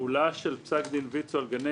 מבחינת התחולה של פסק דין ויצו על גני